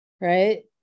right